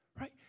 Right